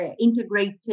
integrated